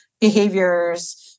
behaviors